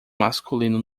masculino